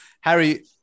Harry